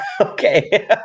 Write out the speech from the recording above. Okay